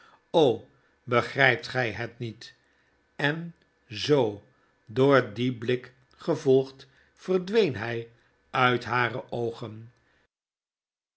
begrypt gg het niet en zoo door dien blik gevolgd verdween hfl uit hare oogen